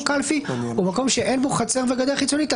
קלפי ובמקום קלפי שאין בו חצר וגדר חיצונית,